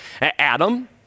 Adam